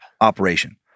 operation